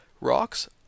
rocks